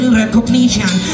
recognition